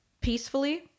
peacefully